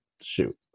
shoot